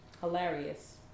Hilarious